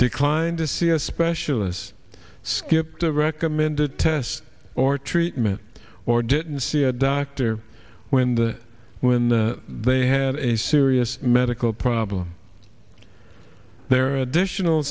declined to see a specialist skipped the recommended test or treatment or didn't see a doctor when the when the they had a serious medical problem there are additional